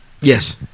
Yes